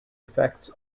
effects